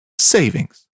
savings